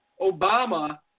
Obama